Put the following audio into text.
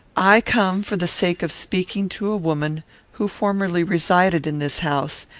i come for the sake of speaking to a woman who formerly resided in this house,